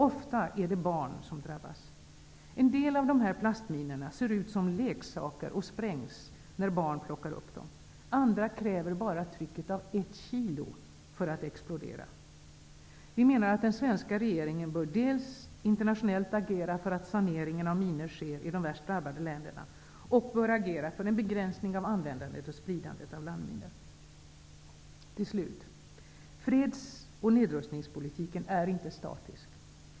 Ofta är det barn som drabbas. En del av dessa plastminor ser ut som leksaker och sprängs när barn plockar upp dem. Andra kräver bara trycket av l kg för att explodera. Vi menar att den svenska regeringen dels bör agera internationellt för att sanering av minor skall ske i de värst drabbade länderna, dels bör agera för en begränsning av användandet och spridandet av landminor. Till slut: Freds och nedrustningspolitiken är inte statisk.